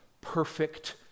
perfect